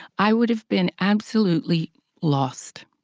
i would have been absolutely lost,